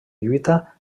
lluita